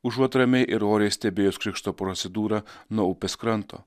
užuot ramiai ir oriai stebėjus krikšto procedūrą nuo upės kranto